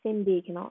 same day cannot